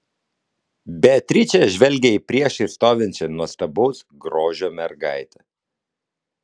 beatričė žvelgė į priešais stovinčią nuostabaus grožio mergaitę